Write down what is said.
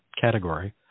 category